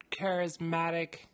charismatic